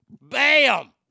Bam